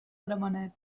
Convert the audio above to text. gramenet